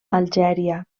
algèria